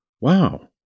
Wow